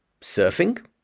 surfing